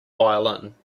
violin